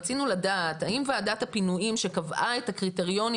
רצינו לדעת האם ועדת הפינויים שקבעה את הקריטריונים